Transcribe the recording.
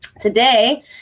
today